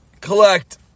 collect